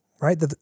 right